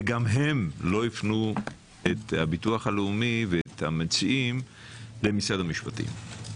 וגם הם לא הפנו את הביטוח הלאומי ואת המציעים למשרד המשפטים.